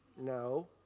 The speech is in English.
No